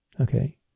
Okay